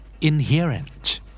Inherent